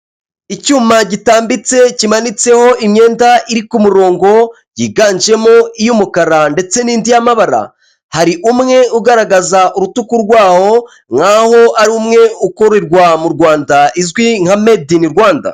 Icyuma gitambitse kimanitseho imyenda iri ku murongo, yiganjemo iy'umukara ndetse n'indi y'amabara, hari umwe ugaragaza urutugu rwawo ,nkaho ari umwe ukorerwa mu Rwanda, izwi nka medinirwanda.